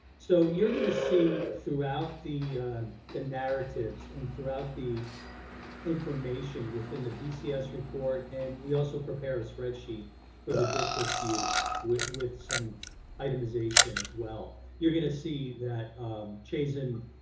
so you're gonna see throughout the the narratives and throughout the information within the bcs report and we also prepare a spreadsheet for the districts use with with some itemization as well, you're gonna see that chazen,